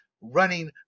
running